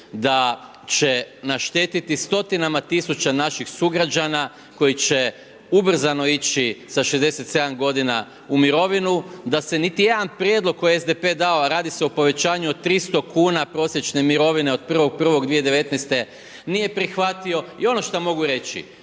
da će naštetiti stotinama tisuća naših sugrađana koji će ubrzano ići sa 67 g. u mirovinu, da se niti jedan prijedlog koji je SDP dao a radi se o povećanju od 300 kn od prosječne mirovine od 1.1.2019. nije prihvatio. I ono što moguće reći,